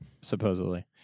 supposedly